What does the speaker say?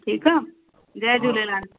ठीकु आहे जय झूलेलाल